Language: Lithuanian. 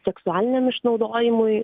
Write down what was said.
seksualiniam išnaudojimui